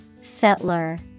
Settler